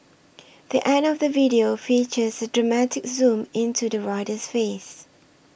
the end of the video features a dramatic zoom into the rider's face